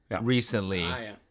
recently